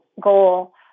goal